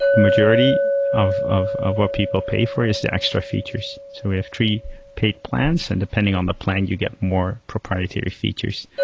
majority of of what people pay for is the extra features. so we have three paid plans, and depending on the plan, you get more proprietary features.